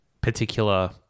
particular